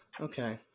Okay